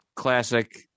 classic